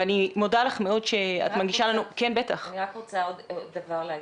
ואני מודה לך מאוד שאת מגישה לנו --- אני רק רוצה עוד דבר להגיד,